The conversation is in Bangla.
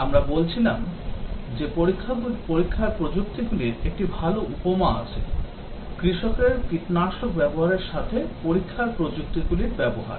আমরা বলছিলাম যে পরীক্ষার প্রযুক্তিগুলির একটি ভাল উপমা আছে কৃষকের কীটনাশক ব্যবহারের সাথে পরীক্ষার প্রযুক্তিগুলির ব্যবহার